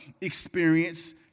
experience